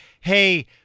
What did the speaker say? hey